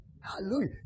Hallelujah